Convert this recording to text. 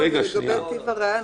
15 בבסיס ועוד 15 תוספת.